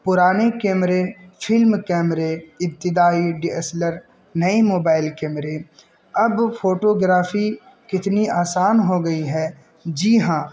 پرانے کیمرے فلم کیمرے ابتدائی ڈی ایس ایل آر نئی موبائل کیمرے اب فوٹوگررافی کتنی آسان ہو گئی ہے جی ہاں